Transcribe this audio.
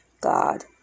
God